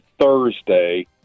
Thursday